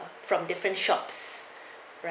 from different shops right